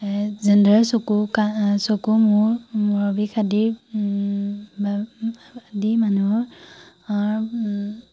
যেনেদৰে চকু কা চকু মূৰ মূৰৰ বিষ আদিৰ আদি মানুহৰ